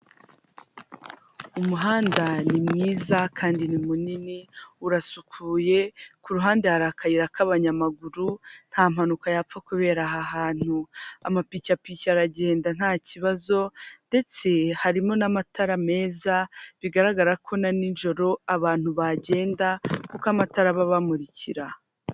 Umuhanda ni mwiza kandi ni munini urasukuye ku ruhande hari akayira k'abanyamaguru nta mpanuka yapfa kubera aha hantu, amapikipiki aragenda nta kibazo ndetse harimo n'amatara meza bigaragara ko na nijoro abantu bagenda kuko amatara aba bamurikira.